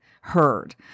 heard